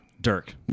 Dirk